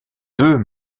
deux